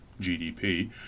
GDP